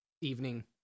evening